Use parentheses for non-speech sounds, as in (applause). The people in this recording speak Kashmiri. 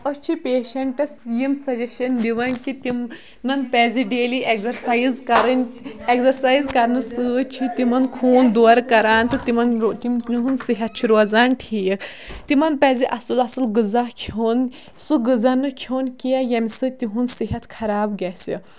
أسۍ چھِ پیشَنٛٹَس یِم سَجَشَن دِوان کہِ تِم (unintelligible) پَزِ ڈیلی اٮ۪کزَرسایِز کَرٕنۍ اٮ۪کزَرسایِز کَرنہٕ سۭتۍ چھِ تِمَن خوٗن دورٕ کَران تہٕ تِمَن تِم یُہُنٛد صحت چھُ روزان ٹھیٖک تِمَن پَزِ اَصٕل اَصٕل غذا کھیوٚن سُہ غذا نہٕ کھیوٚن کیٚنٛہہ ییٚمۍ سۭتۍ تِہُنٛد صحت خراب گژھِ